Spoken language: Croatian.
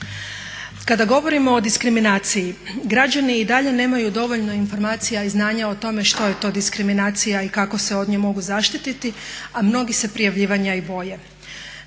Kada govorimo o diskriminaciji, građani i dalje nemaju dovoljno informacija i znanja o tome što je to diskriminacija i kako se od nje mogu zaštiti, a mnogi se prijavljivanja i boje.